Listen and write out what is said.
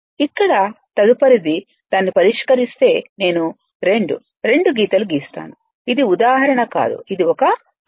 ఇక్కడ తదుపరిది దాన్ని పరిష్కరిస్తే నేను రెండు రెండు గీతలు గీస్తాను ఇది ఉదాహరణ కాదు ఇది ఒక అభ్యాసం